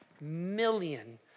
million